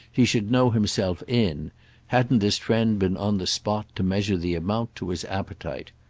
he should know himself in hadn't his friend been on the spot to measure the amount to his appetite.